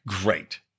Great